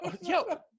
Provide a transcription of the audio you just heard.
yo